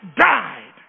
died